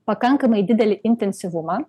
pakankamai didelį intensyvumą